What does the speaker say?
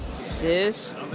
sis